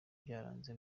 byaranze